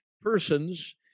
persons